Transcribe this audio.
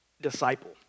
disciple